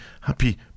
happy